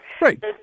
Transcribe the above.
Right